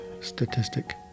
statistic